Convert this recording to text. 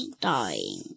dying